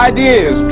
Ideas